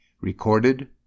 recorded